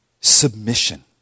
submission